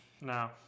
No